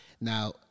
Now